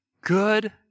good